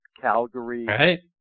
Calgary